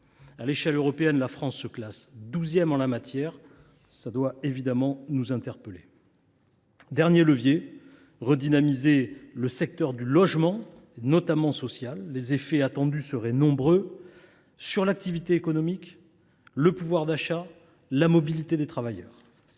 À l’échelle européenne, la France se classe douzième en la matière. Cela doit nous interpeller. Enfin, dernier levier, il faut redynamiser le secteur du logement, notamment social. Les effets attendus seraient nombreux sur l’activité économique, le pouvoir d’achat et la mobilité des travailleurs.